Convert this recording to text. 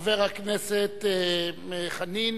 חבר הכנסת חנין,